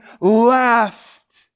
last